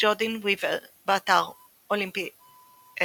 ג'ורדין ויבר, באתר olympedia.org